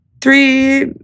three